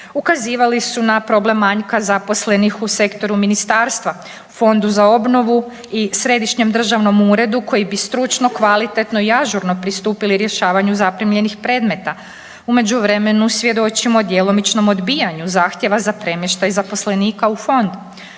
Ukazivali su na problem manjka zaposlenih u sektoru ministarstva, Fondu za obnovu i Središnjem državnom uredu koji bi stručno, kvalitetno i ažurno pristupili rješavanju zaprimljenih predmeta. U međuvremenu svjedočimo djelomičnom odbijanju zahtjeva za premještaj zaposlenika u fond.